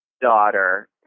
daughter